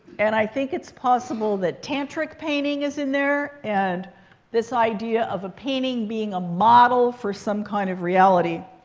and i think it's possible that tantric painting is in there and this idea of a painting being a model for some kind of reality.